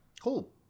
cool